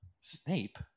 Snape